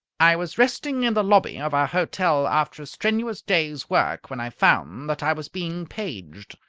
i was resting in the lobby of our hotel after a strenuous day's work, when i found that i was being paged.